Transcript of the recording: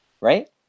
right